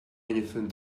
anything